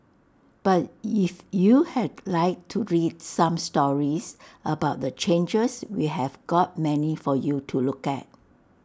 but if you had like to read some stories about the changes we have got many for you to look at